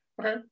Okay